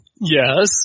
Yes